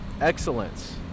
excellence